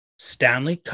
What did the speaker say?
Stanley